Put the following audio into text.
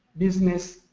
business,